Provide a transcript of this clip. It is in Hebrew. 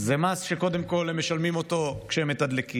זה מס שקודם כול הם משלמים אותו כשהם מתדלקים,